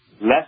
less